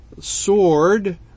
sword